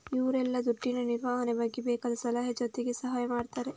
ಇವ್ರೆಲ್ಲ ದುಡ್ಡಿನ ನಿರ್ವಹಣೆ ಬಗ್ಗೆ ಬೇಕಾದ ಸಲಹೆ ಜೊತೆಗೆ ಸಹಾಯ ಮಾಡ್ತಾರೆ